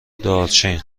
دارچین